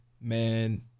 Man